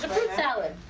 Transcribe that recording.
salad.